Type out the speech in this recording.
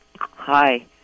Hi